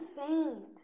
insane